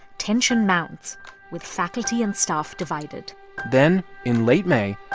tension mounts with faculty and staff divided then in late may,